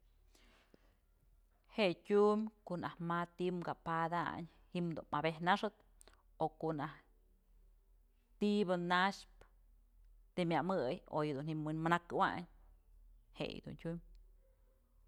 Je'e tyumbyë ko'o najk ma'a ti'i ka'a padañ ji'im dun mabed naxëp o ko'o najtyë ti'i bë naxpë të myëmëy oy dun ji'im wi'in mënakëwayn je'e yëdun tyumbyë.